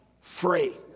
free